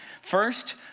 First